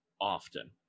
often